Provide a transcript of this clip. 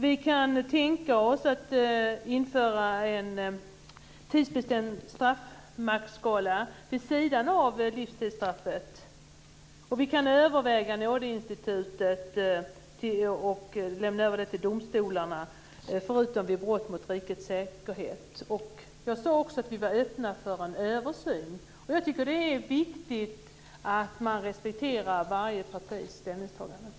Vi kan tänka oss att införa en tidsbestämd straffskala med maxstraff vid sidan av livstidsstraffet. Vi kan överväga att lämna över nådeinstitutet till domstolarna, förutom vid brott mot rikets säkerhet. Jag sade också att vi var öppna för en översyn. Jag tycker att det är viktigt att man respekterar varje partis ställningstagande.